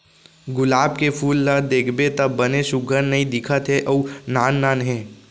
गुलाब के फूल ल देखबे त बने सुग्घर नइ दिखत हे अउ नान नान हे